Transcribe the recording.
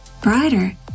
brighter